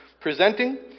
presenting